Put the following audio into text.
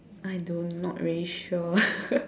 I don't not really sure